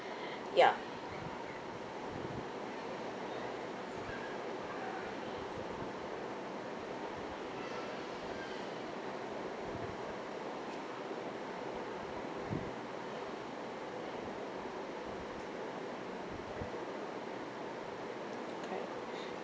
ya okay